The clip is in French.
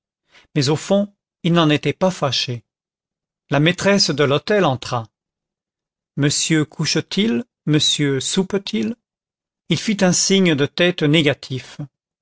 mais au fond il n'en était pas fâché la maîtresse de l'hôtel entra monsieur couche t il monsieur soupe t il il fit un signe de tête négatif